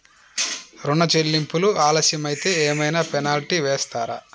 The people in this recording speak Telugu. ఋణ చెల్లింపులు ఆలస్యం అయితే ఏమైన పెనాల్టీ వేస్తారా?